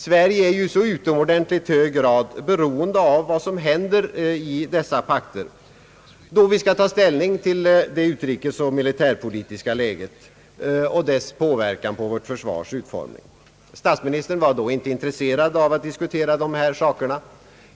Sverige är i utomordentligt hög grad beroende av vad som händer inom dessa pakter, då vi skall ta ställning till det utrikespolitiska och militärpolitiska läget och dess inverkan på vårt försvars utformning. Statsministern var då inte intresserad av att diskutera dessa frågor.